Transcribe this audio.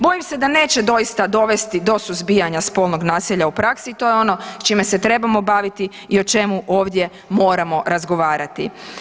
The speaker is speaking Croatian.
Bojim se da neće doista dovesti do suzbijanja spolnog nasilja u praksi i to je ono s čime se trebamo baviti i o čemu ovdje moramo razgovarati.